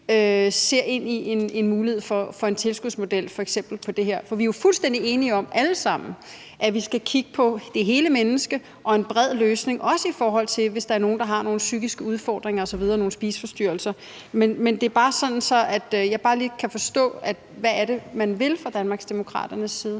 ser ind i en mulighed for en tilskudsmodel på f.eks. det her område. For vi er jo alle sammen fuldstændig enige om, at vi skal kigge på det hele menneske og en bred løsning, også i forhold til hvis der er nogen, der har nogle psykiske udfordringer, spiseforstyrrelser osv. Men det er bare, så jeg lige kan forstå, hvad det er, man vil fra Danmarksdemokraternes side,